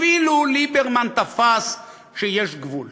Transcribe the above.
אפילו ליברמן תפס שיש גבול.